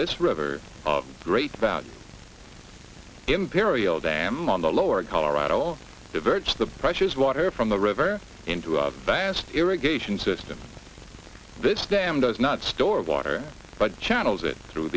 this river great about imperial dam on the lower colorado diverts the precious water from the river into a vast irrigation system this dam does not store water but channels it through